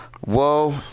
whoa